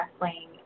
wrestling